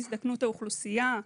הזדקנות האוכלוסייה,